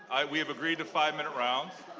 we have agreed to five minute rounds.